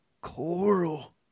coral